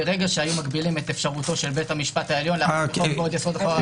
ברגע שהיו מגבילים את אפשרותו של בית המשפט העליון --- כי